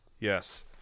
Yes